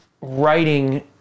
writing